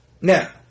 Now